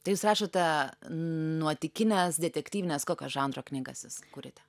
tai jūs rašote nuotykines detektyvines kokio žanro knygas jas kuriate